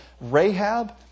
Rahab